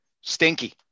stinky